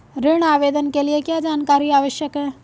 ऋण आवेदन के लिए क्या जानकारी आवश्यक है?